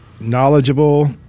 knowledgeable